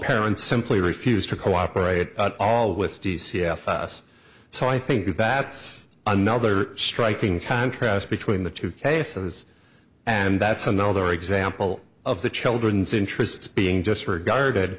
parents simply refused to cooperate all with t c f us so i think that's another striking contrast between the two cases and that's another example of the children's interests being disregarded